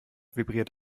vibriert